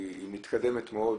היא מתקדמת מאוד.